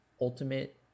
ultimate